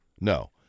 No